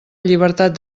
llibertat